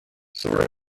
zora